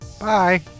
Bye